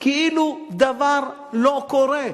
כאילו דבר לא קורה.